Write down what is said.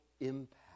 impact